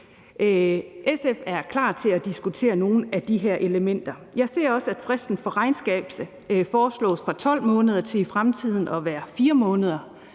SF er klar til at diskutere nogle af de her elementer. Jeg ser også, at fristen for regnskab foreslås at gå fra at være 12 måneder i dag til i fremtiden at være 4 måneder.